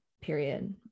Period